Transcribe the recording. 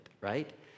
right